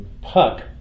Puck